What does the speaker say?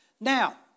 Now